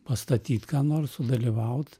pastatyt ką nors sudalyvaut